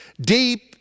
Deep